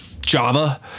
java